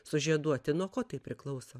sužieduoti nuo ko tai priklauso